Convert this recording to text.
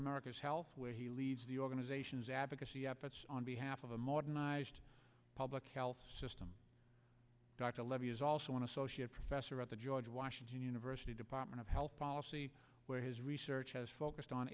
america's health where he leads the organizations advocacy efforts on behalf of a modernized public health system dr levy is also an associate professor at the george washington university department of health policy where his research has focused on